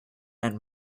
and